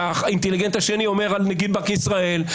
והאינטליגנט השני מדבר על נגיד בנק ישראל,